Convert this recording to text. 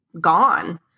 gone